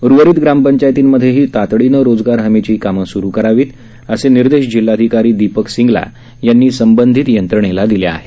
उर्वरित ग्रामपंचायतीमध्येही तातडीनं रोजगार हमीची कामं स्रू करावीत असे निर्देश जिल्हाधिकारी दीपक सिंगला यांनी संबंधित यंत्रणेला दिले आहेत